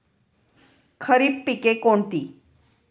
खरीप पिके कोणती?